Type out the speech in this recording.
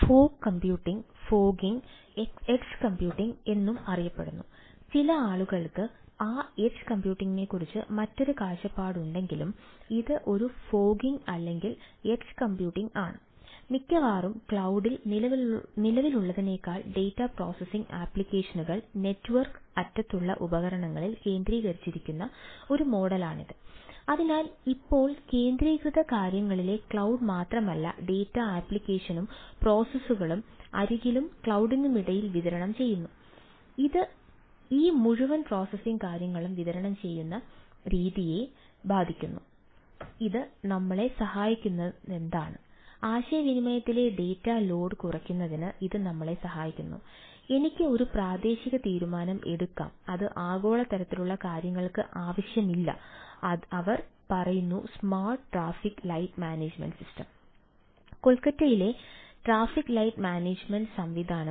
fog computing കുറയ്ക്കുന്നതിന് ഇത് ഞങ്ങളെ സഹായിക്കുന്നു എനിക്ക് ഒരു പ്രാദേശിക തീരുമാനം എടുക്കാം അത് ആഗോള തരത്തിലുള്ള കാര്യങ്ങൾക്ക് ആവശ്യമില്ല അവർ പറയുന്നു smart traffic light management system